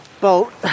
boat